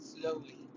slowly